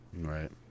Right